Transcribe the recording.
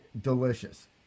delicious